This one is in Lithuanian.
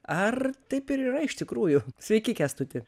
ar taip ir yra iš tikrųjų sveiki kęstuti